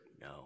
No